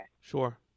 sure